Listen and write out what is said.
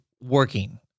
working